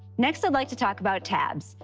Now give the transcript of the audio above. next i'd like to talk about tabs.